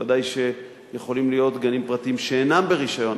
ודאי שיכולים להיות גנים פרטיים שאינם ברשיון,